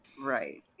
Right